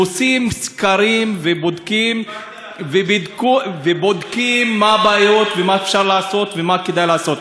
עושים סקרים ובודקים מה הבעיות ומה אפשר לעשות ומה כדאי לעשות.